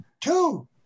Two